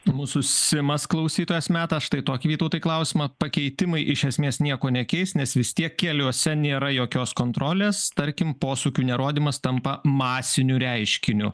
mūsų simas klausytojas meta štai tokį vytautai klausimą pakeitimai iš esmės nieko nekeis nes vis tiek keliuose nėra jokios kontrolės tarkim posūkių nerodymas tampa masiniu reiškiniu